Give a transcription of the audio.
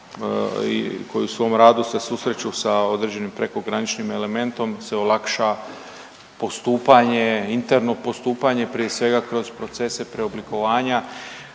koji u svom radu se susreću sa određenim prekograničnim elementom se olakša postupanje, interno postupanje prije svega kroz procese preoblikovanja,